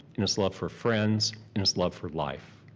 and it's love for friends, and it's love for life.